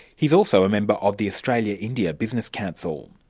he's also a member of the australia-india business council.